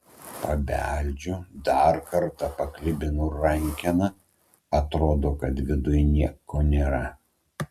pabeldžiu dar kartą paklibinu rankeną atrodo kad viduj nieko nėra